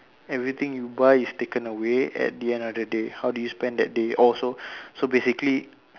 everything you buy is taken away at the end of the day how do you spend that day oh so so basically